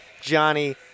Johnny